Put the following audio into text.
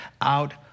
out